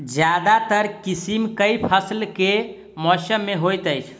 ज्यादातर किसिम केँ फसल केँ मौसम मे होइत अछि?